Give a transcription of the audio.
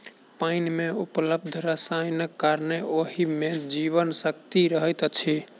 पाइन मे उपलब्ध रसायनक कारणेँ ओहि मे जीवन शक्ति रहैत अछि